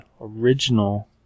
original